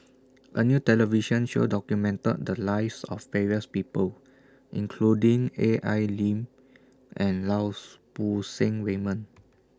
A New television Show documented The Lives of various People including A I Lim and Laus Poo Seng Raymond